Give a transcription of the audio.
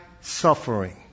suffering